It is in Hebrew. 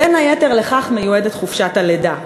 בין היתר לכך מיועדת חופשת הלידה,